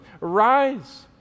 Rise